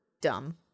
dumb